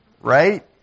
Right